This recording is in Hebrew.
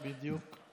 בדיוק.